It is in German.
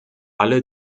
alle